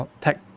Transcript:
tech